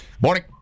Morning